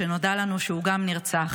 שנודע לנו שגם הוא נרצח,